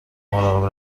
مراقب